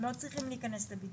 הם לא צריכים להיכנס לבידוד,